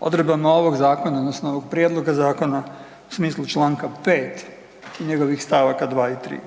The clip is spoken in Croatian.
odredbama ovog Zakona odnosno ovog Prijedloga zakona u smislu članka 5. i njegovih stavaka 2. i 3..